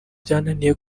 byananiye